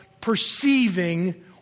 perceiving